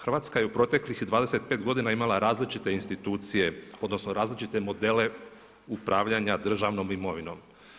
Hrvatska je u proteklih 25 godina imala različite institucije odnosno različite modele upravljanja državnom imovinom.